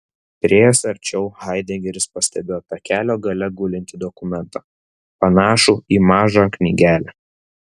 priėjęs arčiau haidegeris pastebėjo takelio gale gulintį dokumentą panašų į mažą knygelę